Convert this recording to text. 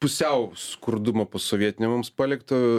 pusiau skurdumo posovietinio mums palikto